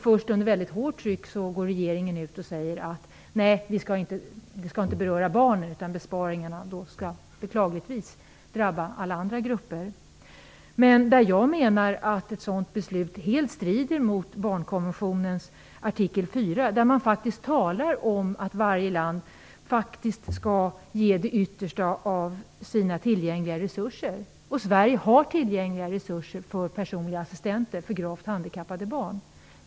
Först under mycket hårt tryck går regeringen ut och säger att besparingarna inte skall beröra barnen utan, beklagligtvis, alla andra grupper. Jag menar att ett sådant beslut helt strider mot barnkonventionens artikel 4, där man faktiskt talar om att varje land skall ge det yttersta av sina tillgängliga resurser. Sverige har tillgängliga resurser för personliga assistenter för gravt handikappade barn.